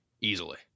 easily